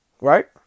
Right